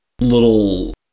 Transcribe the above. little